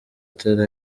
atera